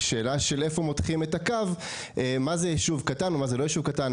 היא שאלה של איפה מותחים את הקו מה זה יישוב קטן ומה זה לא יישוב קטן,